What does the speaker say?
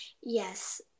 Yes